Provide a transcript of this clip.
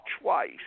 twice